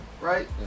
right